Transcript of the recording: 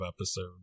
episode